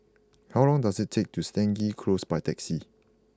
how long does it take to Stangee Close by taxi